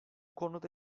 konuda